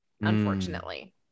unfortunately